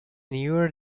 newer